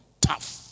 Tough